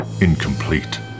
incomplete